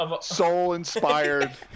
soul-inspired